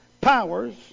powers